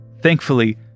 Thankfully